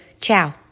Ciao